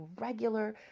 regular